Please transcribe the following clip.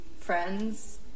friends